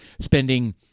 spending